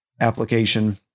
application